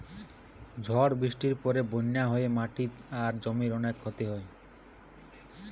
ঝড় বৃষ্টির পরে বন্যা হয়ে মাটি আর জমির অনেক ক্ষতি হইছে